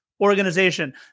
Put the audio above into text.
organization